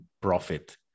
profit